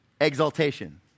Exaltation